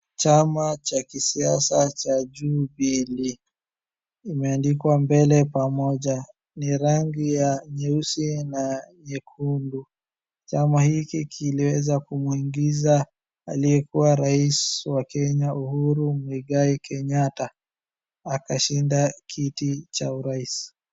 Chama cha kisiasa cha Jubilee imeandikwa mbele pamoja. Ni rangi ya nyeusi na nyekundu. Chama hiki kiliweza kumwingiza aliyekuwa rais wa Kenya Uhuru Muigai Kenyatta akashinda kiti cha urais.